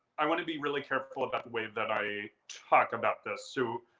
i want to be really careful about the way that i talk about this. so